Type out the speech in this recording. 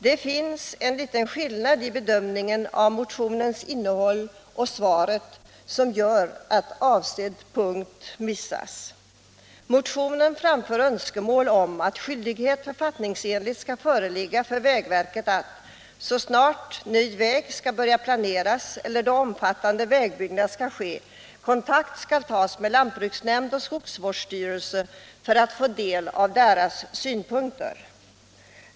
Det finns en liten skillnad i bedömning och beräkning mellan motionen och utskottets svar som gör att avsedd punkt missas. Motionen framför önskemål om att skyldighet författningsenligt skall föreligga för vägverket att, så snart ny väg skall börja planeras eller då omfattande vägbyggnad skall ske, kontakta lantbruksnämnd och skogsvårdsstyrelse för att få del av deras synpunkter.